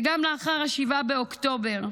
וגם לאחר 7 באוקטובר,